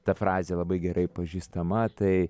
ta frazė labai gerai pažįstama tai